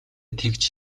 тэгж